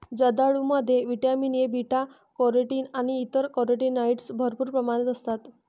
जर्दाळूमध्ये vitamin A, beta carotene आणि इतर कॅरोटीनॉइड्स भरपूर प्रमाणात असतात